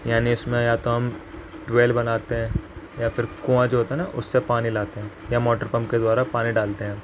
یعنی اس میں یا تو ہم ٹویل بناتے ہیں یا پھر کنواں جو ہوتا ہے نا اس سے پانی لاتے ہیں یا موٹر پمپ کے دوارا پانی ڈالتے ہیں